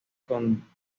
con